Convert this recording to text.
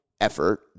Effort